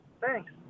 Thanks